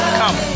come